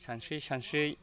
सानस्रियै सानस्रियै